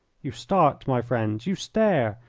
you start, my friends! you stare!